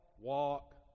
walk